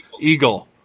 eagle